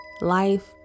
life